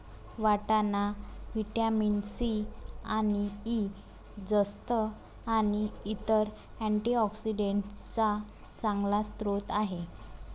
वाटाणा vitamin C आणि E, जस्त आणि इतर अँटीऑक्सिडेंट्सचा चांगला स्रोत आहे